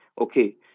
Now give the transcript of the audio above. okay